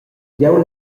jeu